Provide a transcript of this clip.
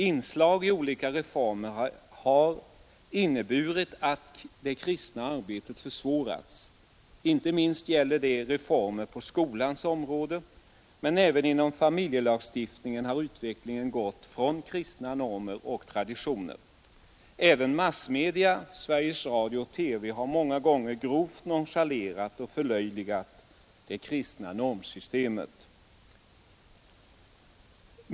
Inslag i olika reformer har inneburit att det kristna arbetet försvårats. Inte minst gäller detta reformer på skolans område, men även inom familjelagstiftningen har utvecklingen gått från kristna normer och traditioner. Även massmedia Sveriges Radio och TV — har många gånger grovt nonchalerat och förlöjligat det kristna normsystemet.